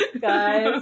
guys